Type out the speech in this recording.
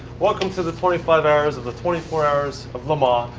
welcome to the twenty five hours of the twenty five hours of le um um